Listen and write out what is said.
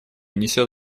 несет